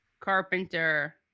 carpenter